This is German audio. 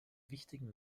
wichtigen